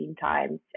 times